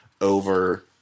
over